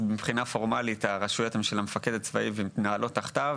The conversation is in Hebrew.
מבחינה פורמלית הרשויות הן של המפקד הצבאי ומתנהלות תחתיו.